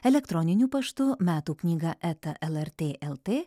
elektroniniu paštu metų knyga eta lrt lt